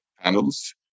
panels